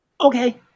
Okay